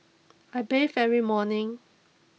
I bathe every morning